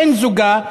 בן-זוגה,